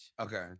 Okay